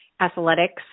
athletics